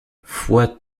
foy